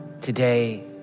Today